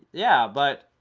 yeah, but,